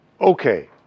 okay